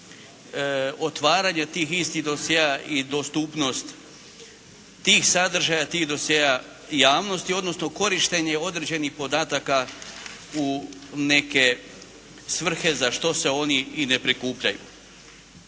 otvaranja tih istih dosjea i dostupnost tih sadržaja tih dosjea javnosti, odnosno korištenje određenih podataka u neke svrhe za što se oni i ne prikupljaju.